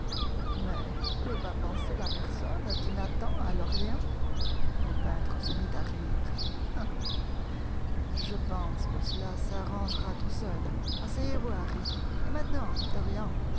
mais que va penser la personne qui m'attend à lorient le peintre se mit à rire je pense que cela s'arrangera tout seul asseyezvous harry et